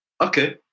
okay